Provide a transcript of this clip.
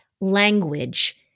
language